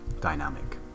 dynamic